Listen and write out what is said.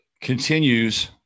continues